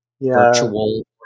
virtual